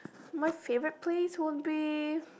my favourite place would be